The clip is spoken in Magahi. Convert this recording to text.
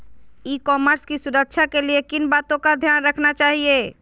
ई कॉमर्स की सुरक्षा के लिए किन बातों का ध्यान रखना चाहिए?